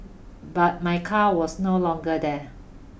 but my car was no longer there